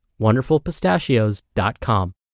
wonderfulpistachios.com